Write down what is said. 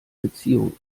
beziehung